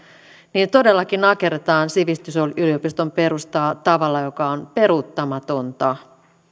niin todellakin nakerretaan sivistysyliopiston perustaa tavalla joka on peruuttamaton